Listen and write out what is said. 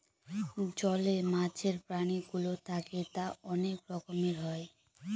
জলে মাছের প্রাণীগুলো থাকে তা অনেক রকমের হয়